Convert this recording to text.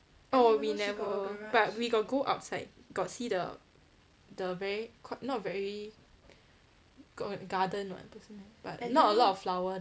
oh we never but we got go outside got see the the very qui~ not very g~ garden [what] 不是 meh but not a lot of flower